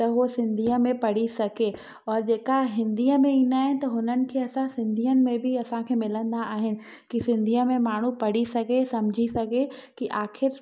त उहो सिंधीअ में पढ़ी सघे और जेका हिंदीअ में ईंदा आहिनि त हुननि खे असां सिंधीयुनि में बि असांखे मिलंदा आहिनि की सिंधीअ में माण्हू पढ़ी सघे सम्झी सघे की आख़िरि